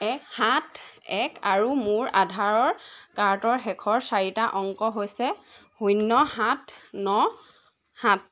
এক সাত এক আৰু মোৰ আধাৰৰ কাৰ্ডৰ শেষৰ চাৰিটা অংক হৈছে শূন্য সাত ন সাত